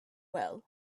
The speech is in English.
well